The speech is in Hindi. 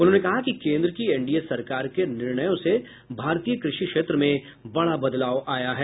उन्होंने कहा कि केन्द्र की एनडीए सरकार के निर्णयों से भारतीय कृषि क्षेत्र में बड़ा बदलाव आया है